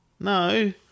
no